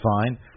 fine